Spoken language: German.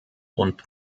und